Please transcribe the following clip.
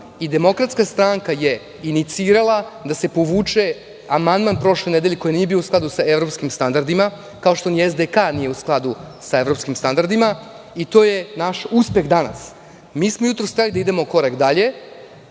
o amandmanu i DS je inicirala da se povuče amandman prošle nedelje, koji nije bio u skladu sa evropskim standardima, kao što ni SDK nije u skladu sa evropskim standardima i to je naš uspeh danas. Mi smo jutros hteli da idemo korak dalje